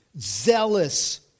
zealous